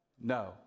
no